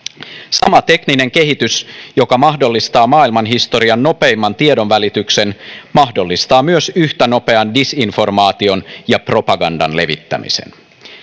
sama tekninen kehitys joka mahdollistaa maailmanhistorian nopeimman tiedonvälityksen mahdollistaa myös yhtä nopean disinformaation ja propagandan levittämisen